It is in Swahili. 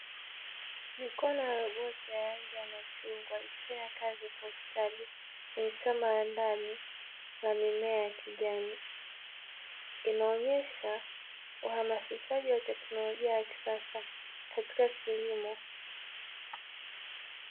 Mikono ya roboti lenye rangi ya machungwa ikifanya kazi kwa ustadi kwenye shamba la ndani na mimea ya kijani, inaonyesha uhamasishaji wa teknolojia ya kisasa katika kilimo.